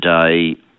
today